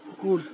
কুকুর